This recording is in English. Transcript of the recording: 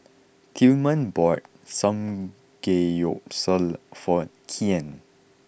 Tilman bought Samgeyopsal for Kian